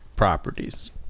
properties